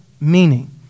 meaning